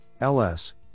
LS